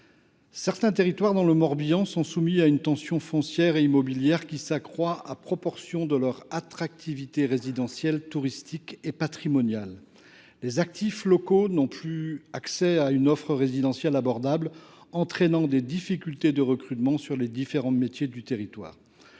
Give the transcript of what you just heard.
certains territoires dans le Morbihan sont soumis à une tension foncière et immobilière qui s’accroît en proportion de leur attractivité résidentielle, touristique et patrimoniale. Les actifs locaux n’ont plus accès à une offre résidentielle abordable, ce qui entraîne des difficultés de recrutement dans les différents métiers exercés